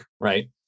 right